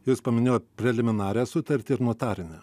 jūs paminėjot preliminarią sutartį ir notarinę